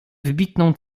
wybitną